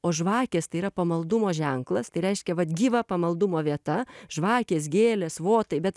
o žvakės tai yra pamaldumo ženklas tai reiškia vat gyva pamaldumo vieta žvakės gėlės votai bet